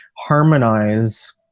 harmonize